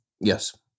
Yes